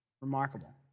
Remarkable